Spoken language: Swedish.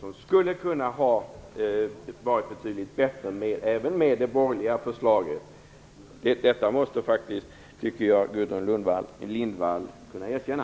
Det skulle ha kunnat vara betydligt bättre - även med det borgerliga förslaget. Detta tycker jag faktiskt att Gudrun Lindvall borde kunna erkänna.